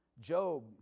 Job